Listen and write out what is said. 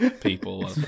people